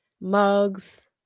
mugs